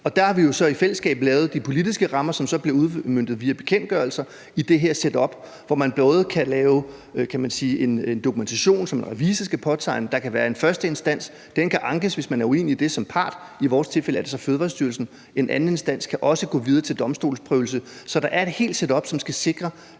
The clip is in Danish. Der har vi jo så i fællesskab lavet de politiske rammer, som så bliver udmøntet via bekendtgørelser i det her setup, hvor man både kan lave en dokumentation, som en revisor skal påtegne, og der kan være en første instans. Det kan ankes, hvis man som part er uenig i det, og i vores tilfælde er det så Fødevarestyrelsen. I en anden instans kan det også gå videre til domstolsprøvelse. Så der er et helt setup, som skal sikre,